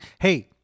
Hey